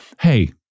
Hey